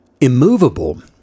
immovable